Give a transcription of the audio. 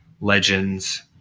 legends